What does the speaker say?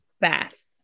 fast